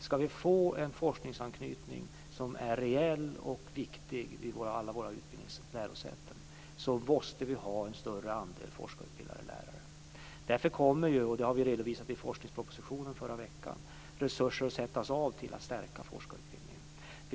Skall vi få en forskningsanknytning som är reell och viktig vid alla våra lärosäten måste det finnas en större andel forskarutbildade lärare. Vi redovisade i forskningspropositionen, som lades fram förra veckan, att resurser kommer att avsättas för att stärka forskarutbildningen.